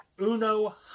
Uno